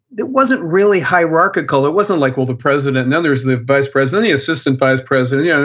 it wasn't really hierarchical. it wasn't like, well, the president and others, the vice president, the assistant vice president. yeah